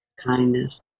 kindness